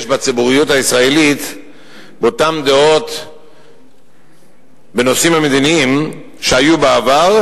בציבוריות הישראלית באותן דעות בנושאים המדיניים שהיו בעבר,